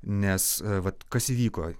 nes vat kas įvyko